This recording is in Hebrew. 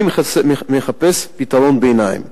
אני מחפש פתרון ביניים.